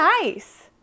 nice